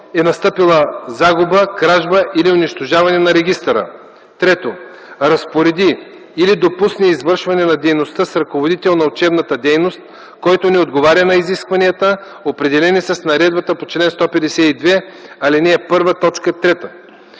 е настъпила загуба, кражба или унищожаване на регистъра; 3. разпореди или допусне извършване на дейността с ръководител на учебната дейност, който не отговаря на изискванията, определени с наредбата по чл. 152, ал. 1,